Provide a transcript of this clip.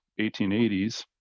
1880s